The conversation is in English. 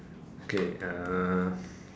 okay uh